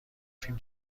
فیلم